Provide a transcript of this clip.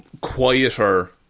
quieter